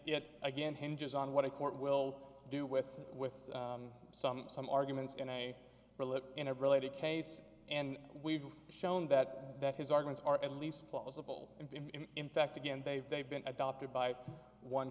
yet again hinges on what a court will do with with some some arguments and i live in a related case and we've shown that that his organs are at least plausible and in in fact again they've they've been adopted by one